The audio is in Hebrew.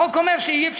החוק אומר שאי-אפשר.